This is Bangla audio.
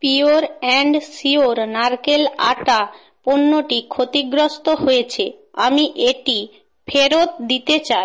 পিওর অ্যাণ্ড শিওর নারকেলের আটা পণ্যটি ক্ষতিগ্রস্থ হয়েছে আমি এটি ফেরত দিতে চাই